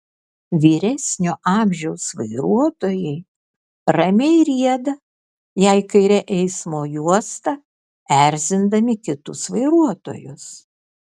vyresnio amžiaus vairuotojai ramiai rieda jei kaire eismo juosta erzindami kitus vairuotojus